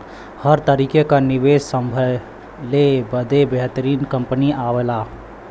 हर तरीके क निवेस संभले बदे बेहतरीन कंपनी आवला